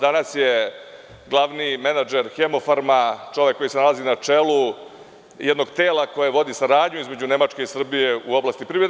Danas je glavni menadžer „Hemofarma“ čovek koji se nalazi na čelu jednog tela koji vodi saradnju između Nemačke i Srbije u oblasti privrede.